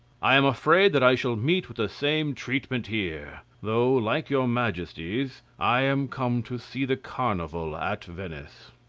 i am afraid that i shall meet with the same treatment here though, like your majesties, i am come to see the carnival at venice.